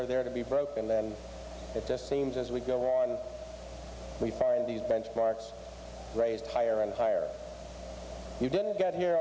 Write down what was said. are there to be broken then it just seems as we go on we find these benchmarks raised higher and higher you didn't get here